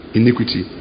iniquity